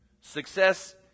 Success